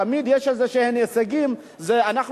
תמיד יש הישגים כלשהם.